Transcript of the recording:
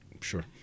Sure